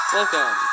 Welcome